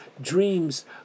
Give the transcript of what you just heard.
dreams